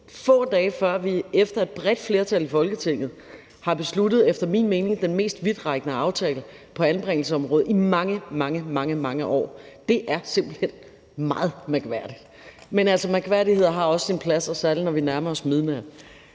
på det tidspunkt, efter et bredt flertal i Folketinget har besluttet den mest vidtrækkende aftale, efter min mening, på anbringelsesområdet i mange, mange år, er simpelt hen meget mærkværdigt! Men mærkværdigheder har også deres plads, og særlig når vi nærmer os midnat.